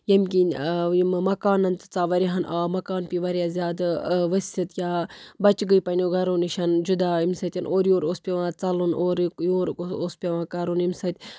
ییٚمۍ کِنۍ یِمہٕ مَکانَن تہِ ژاو واریاہَن آب مَکان پے واریاہ زیادٕ ؤسِتھ یا بَچہٕ گٔے پنٛنٮ۪و گَرو نِش جُدا اَمۍ سۭتۍ اورٕ یورٕ اوس پٮ۪وان ژَلُن اورُک یورُک اوس اوس پٮ۪وان کَرُن ییٚمۍ سۭتۍ